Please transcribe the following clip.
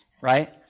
right